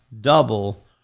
double